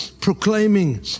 proclaiming